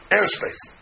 Airspace